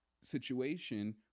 situation